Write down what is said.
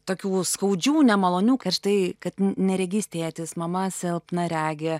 tokių skaudžių nemalonių kar štai kad neregys tėtis mama silpnaregė